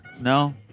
No